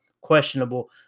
Questionable